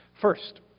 First